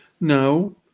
No